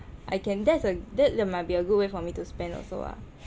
I can that's a that might be a good way for me to spend also ah